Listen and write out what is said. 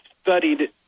studied